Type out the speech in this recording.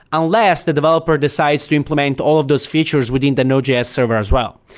unless the developer decides to implement all of those features within the node js server as well.